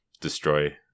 destroy